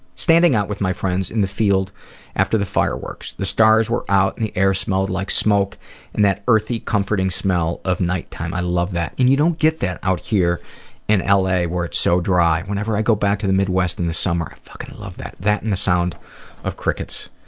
standing out with my friends in the field after the fireworks. the stars were out and the air smelled like smoke and that earthy comforting smell of night time. i love that. and you don't get that out here in l. a. where it's so dry. whenever i go back to the midwest in the summer, i fucking love that. that and the sound of crickets.